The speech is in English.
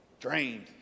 drained